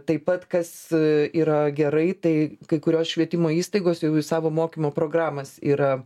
taip pat kas yra gerai tai kai kurios švietimo įstaigos jau į savo mokymo programas yra